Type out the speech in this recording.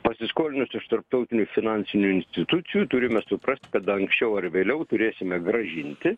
pasiskolinus iš tarptautinių finansinių institucijų turime suprast kad anksčiau ar vėliau turėsime grąžinti